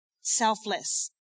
Selfless